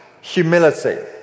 humility